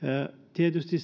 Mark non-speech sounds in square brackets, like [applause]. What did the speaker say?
tietysti [unintelligible]